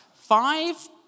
five